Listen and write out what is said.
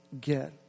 get